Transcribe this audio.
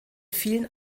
vielen